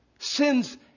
Sins